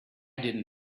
didn’t